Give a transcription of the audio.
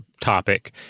topic